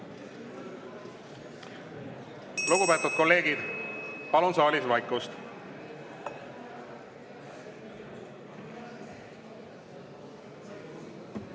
Lugupeetud kolleegid, palun saalis vaikust.